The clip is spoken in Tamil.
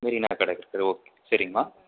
மெரினா கடற்கரை ஓகே சரிங்கமா